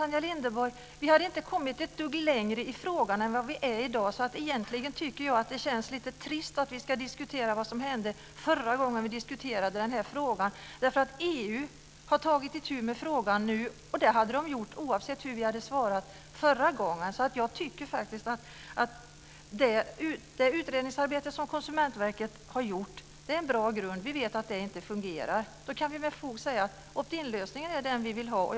Fru talman! Vi hade inte kommit ett dugg längre i frågan än vad vi är i dag, Tanja Linderborg. Jag tycker egentligen att det känns lite trist att vi ska diskutera vad som hände förra gången vi diskuterade den här frågan. EU har nu tagit itu med frågan. Det hade man gjort oavsett hur vi hade svarat förra gången. Det utredningsarbete som Konsumentverket har gjort är en bra grund. Vi vet att det inte fungerar. Då kan vi med fog säga att vi vill ha opt in-lösningen.